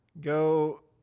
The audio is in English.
Go